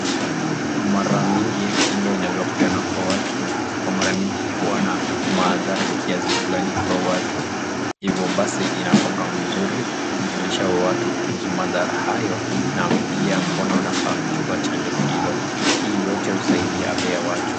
Mara mingi chanjo inayo peanwa kwa watu, kwa mara mingi wana maadhara kiasi fulani kwa watu. Hivo basi inakuwanga mzuri kujulisha watu kuhusu madhara hayo, na pia mbona wanafaa kuchukua chanjo hilo. Hii yote husaidia afya ya watu.